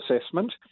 assessment